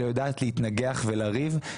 אלא יודעת להתנגח ולריב,